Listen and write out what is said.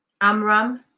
Amram